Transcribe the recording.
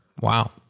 Wow